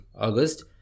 August